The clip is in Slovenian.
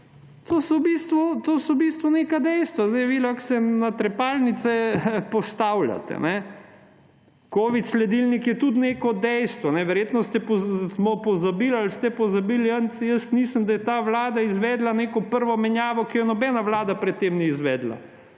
to so v bistvu neka dejstva. Vi se lahko na trepalnice postavljate. Covid sledilnik je tudi neko dejstvo. Verjetno smo pozabili ali ste pozabili, jaz nisem, da je ta vlada izvedla prvo menjavo, ki je nobena vlada pred tem ni izvedla.